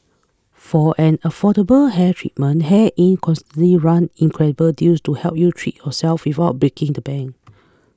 for an affordable hair treatment Hair Inc constantly run incredible deals to help you treat yourself without breaking the bank